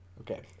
Okay